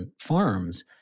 farms